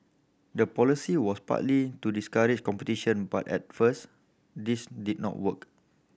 the policy was partly to discourage competition but at first this did not work